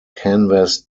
canvas